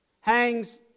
hangs